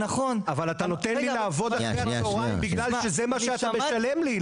אבל אתה נותן לי לעבוד אחר הצוהריים בגלל שזה מה שאתה משלם לי,